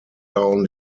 down